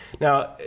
Now